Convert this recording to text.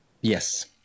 yes